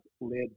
lid